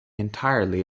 entirely